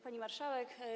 Pani Marszałek!